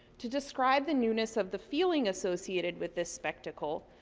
to describe the newness of the feeling associated with this spectacle,